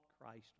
Christ